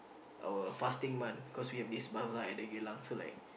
our fasting month because we have this bazaar at the Geylang-Serai